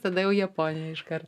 tada jau japonija iškar